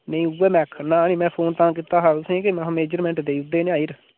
नेईं उ'यै में आक्खै ना में फोन तां कीता हा तुसेंगी महां मेज़रमेंट देई ओड़दे नी आई'र